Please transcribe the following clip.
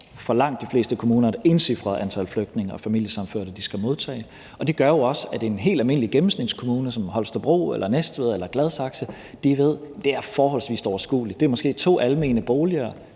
For langt de fleste kommuner er det encifrede antal flygtninge og familiesammenførte, de skal modtage, og det gør jo også, at en helt almindelig gennemsnitskommune som Holstebro eller Næstved eller Gladsaxe ved, at det er forholdsvis overskueligt. Det er måske to almene boliger,